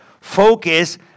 Focus